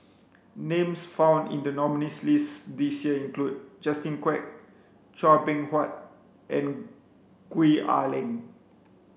names found in the nominees' list this year include Justin Quek Chua Beng Huat and Gwee Ah Leng